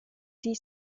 die